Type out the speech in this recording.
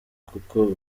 kuko